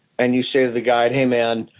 and you say to the guide, hey, man.